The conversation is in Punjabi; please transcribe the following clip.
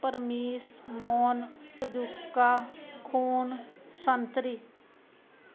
ਪਰਮੀਸ ਮੋਨ ਅਜੂਕਾ ਖੂਨ ਸੰਤਰੀ